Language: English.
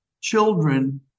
children